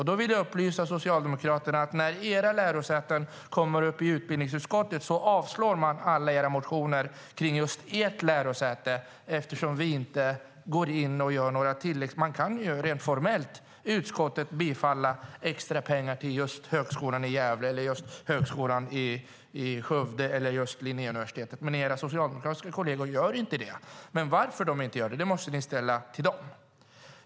Därför vill jag upplysa Socialdemokraterna om att när deras lärosäten kommer upp i utbildningsutskottet avstyrks alla motioner gällande just deras lärosäten eftersom vi inte går in och gör några tillägg. Utskottet kan rent formellt tillstyrka extra pengar till Högskolan i Gävle eller Högskolan i Skövde eller Linnéuniversitetet, men de socialdemokratiska ledamöterna gör inte det. Varför de inte gör det måste man fråga dem.